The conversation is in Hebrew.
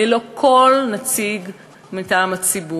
ללא כל נציג מטעם הציבור.